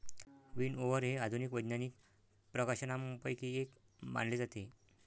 विनओवर हे आधुनिक वैज्ञानिक प्रकाशनांपैकी एक मानले जाते